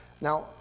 Now